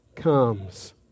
comes